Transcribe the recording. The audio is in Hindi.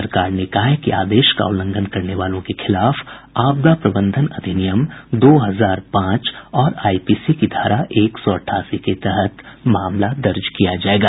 सरकार ने कहा है कि आदेश का उल्लंघन करने वालों के खिलाफ आपदा प्रबंधन अधिनियम दो हजार पांच और आईपीसी की धारा एक सौ अठासी के तहत मामला दर्ज किया जायेगा